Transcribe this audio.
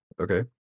okay